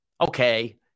okay